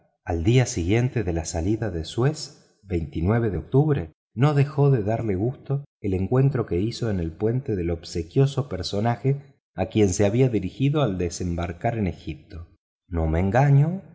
al día siguiente de la salida de suez de octubre no dejó de darle gusto el encuentro que hizo en el puente del obsequioso personaje a quien se había dirigido al desembarcar en egipto no me engaño